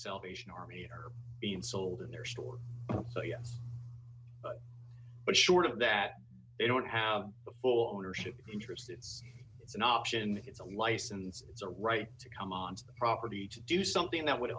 salvation army are being sold in their store so yes but short of that they don't have the full ownership interest since it's an option it's a license it's a right to come ons property to do something that would